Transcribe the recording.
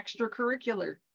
extracurricular